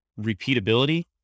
repeatability